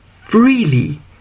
freely